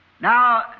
Now